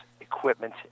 equipment